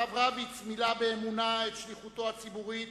הרב רביץ מילא באמונה את שליחותו הציבורית